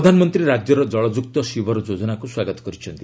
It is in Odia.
ପ୍ରଧାନମନ୍ତ୍ରୀ ରାଜ୍ୟର ଜଳଯୁକ୍ତ ସିବର୍ ଯୋଜନାକୁ ସ୍ୱାଗତ କରିଛନ୍ତି